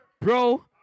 Bro